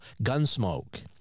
Gunsmoke